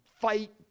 fight